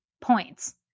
points